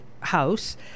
house